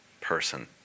person